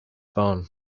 phone